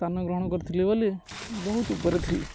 ସ୍ଥାନ ଗ୍ରହଣ କରିଥିଲେ ବୋଲି ବହୁତ ଉପରେ ଥିଲି